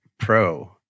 Pro